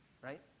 Right